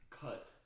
cut